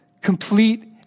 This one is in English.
complete